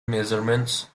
measurements